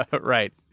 Right